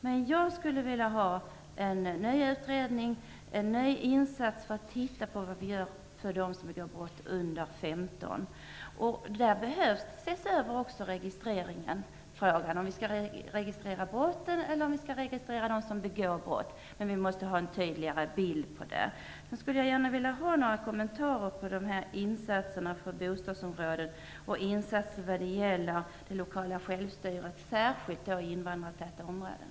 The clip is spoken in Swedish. Men jag skulle vilja ha en ny utredning till stånd och en ny insats för att se över vad vi gör för dem under 15 år som begår brott. Också registreringen behöver ses över. Skall vi registrera brotten, eller skall vi registrera dem som begår brott? Vi måste ha en tydligare bild av detta. Sedan skulle jag gärna vilja ha några kommentarer om insatserna för bostadsområden och insatserna när det gäller det lokala självstyret, särskilt då i invandrartäta områden.